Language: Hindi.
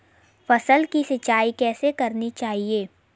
फसल की सिंचाई कैसे करनी चाहिए?